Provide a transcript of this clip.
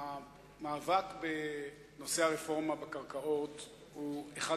המאבק בנושא הרפורמה בקרקעות הוא אחד